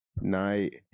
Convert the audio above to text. night